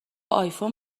آیفون